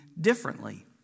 differently